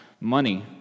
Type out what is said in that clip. money